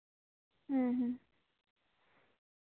ᱦᱮᱸ ᱦᱮᱸ